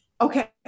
okay